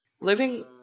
Living